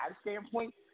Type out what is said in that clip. standpoint